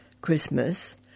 Christmas